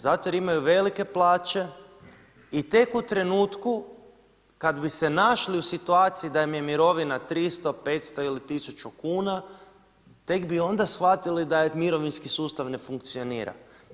Zato jer imaju velike plaće i tek u trenutku kad bi se našli u situaciji da im je mirovina 300, 500 ili 1000 kuna tek bi onda shvatili da mirovinski sustav ne funkcionira.